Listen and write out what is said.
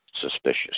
suspicious